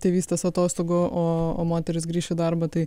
tėvystės atostogų o o moteris grįš į darbą tai